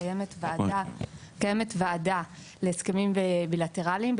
קיימת ועדה להסכמים בילטרליים,